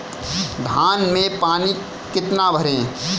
धान में पानी कितना भरें?